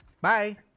Bye